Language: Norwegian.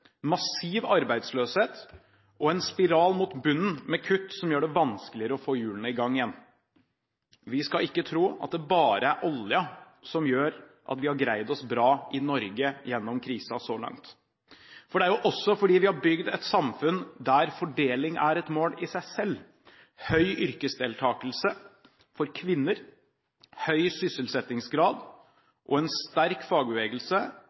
massiv arbeidsløshet og en spiral mot bunnen, med kutt som gjør det vanskeligere å få hjulene i gang igjen. Vi skal ikke tro at det bare er oljen som gjør at vi har greid oss bra i Norge gjennom krisen så langt. Det er også fordi vi har bygd et samfunn der fordeling er et mål i seg selv. Høy yrkesdeltakelse for kvinner, høy sysselsettingsgrad og en sterk fagbevegelse